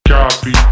Copy